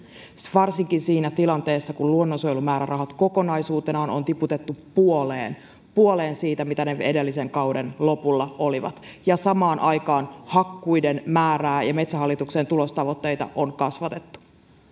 varsinkin siinä tilanteessa kun luonnonsuojelumäärärahat kokonaisuutenaan on tiputettu puoleen puoleen siitä mitä ne ne edellisen kauden lopulla olivat ja samaan aikaan hakkuiden määrää ja metsähallituksen tulostavoitteita on kasvatettu